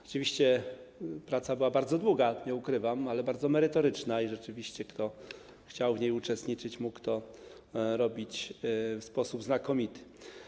Rzeczywiście praca była bardzo długa, nie ukrywam, ale bardzo merytoryczna i kto chciał w niej uczestniczyć, mógł to robić w sposób znakomity.